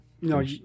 No